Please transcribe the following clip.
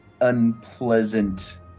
unpleasant